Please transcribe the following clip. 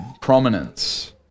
prominence